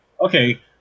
okay